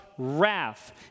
Wrath